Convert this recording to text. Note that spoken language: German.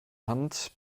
hand